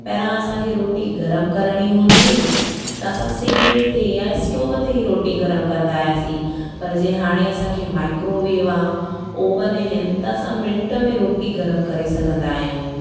पहिरां असांखे रोटी गरम करणी हूंदी हुई त असां सिगड़ीअ ते या स्टोव ते ई रोटी गरम कंदा हुआसीं पर जे हाणे असांखे माइक्रोवेव आहे ओवन आहिनि त असां मिंट में रोटी गरम करे सघंदा आहियूं